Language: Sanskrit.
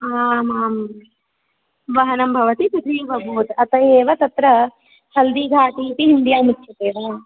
आम् आम् वहनं भवति अभूत् अत एव तत्र हल्दिघाटि इति हिन्द्याम् उच्यते